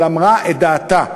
אבל אמרה את דעתה.